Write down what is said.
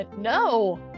no